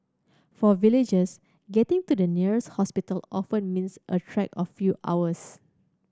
for villagers getting to the nearest hospital often means a trek a few hours